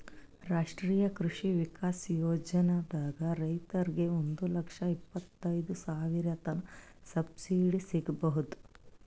ರಾಷ್ಟ್ರೀಯ ಕೃಷಿ ವಿಕಾಸ್ ಯೋಜನಾದಾಗ್ ರೈತರಿಗ್ ಒಂದ್ ಲಕ್ಷ ಇಪ್ಪತೈದ್ ಸಾವಿರತನ್ ಸಬ್ಸಿಡಿ ಸಿಗ್ಬಹುದ್